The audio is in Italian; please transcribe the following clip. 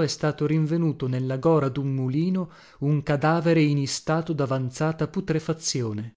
è stato rinvenuto nella gora dun mulino un cadavere in istato davanzata putrefazione